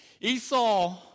Esau